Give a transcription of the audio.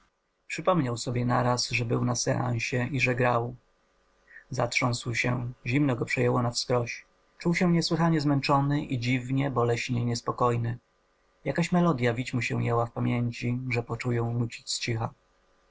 przypomniał sobie naraz że był na seansie i że grał zatrząsł się zimno go przejęło nawskroś uczuł się niesłychanie zmęczony i dziwnie boleśnie niespokojny jakaś melodja wić mu się jęła w pamięci że począł ją nucić zcicha